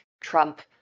Trump